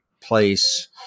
place